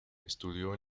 estudió